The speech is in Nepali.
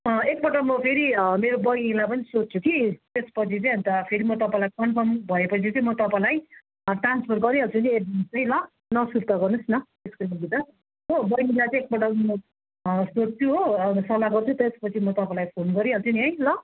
एकपल्ट म फेरि मेरो बैनीलाई पनि सोध्छु कि त्यसपछि चाहिँ अन्त फेरि म तपाईँलाई कन्फर्म भएपछि चाहिँ म तपाईँलाई ट्रान्सफर गरिहाल्छु नि एमाउन्ट चाहिँ ल नसुर्ता गर्नुहोस् न त्यसको लागि त हो बैनीलाई चाहिँ एकपल्ट म सोध्छु हो अनि सल्लाह गर्छु त्यसपछि म तपाईँलाई फोन गरिहाल्छु नि है ल